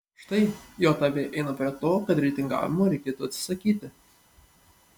štai jav eina prie to kad reitingavimo reikėtų atsisakyti